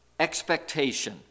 expectation